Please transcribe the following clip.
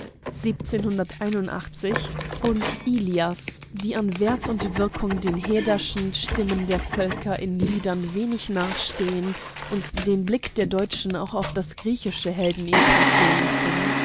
und ilias die an wert und wirkung den herderschen stimmen der völker in liedern nicht nachstehen und den blick der deutschen auf das griechische heldenepos lenkten